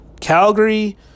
Calgary